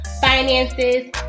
finances